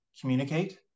communicate